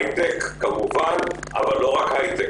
הייטק כמובן, אבל לא רק הייטק.